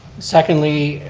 secondly,